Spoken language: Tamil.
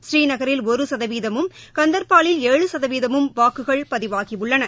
ஸ்ரீநகரில் ஒரு சதவீதமும் கந்தா்பாலில் ஏழு சதவீதமும் வாக்குகள் பதிவாகியுள்ளன